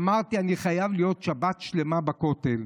אמרתי, אני חייב להיות שבת שלמה בכותל.